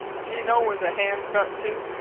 dye know where the hands got to?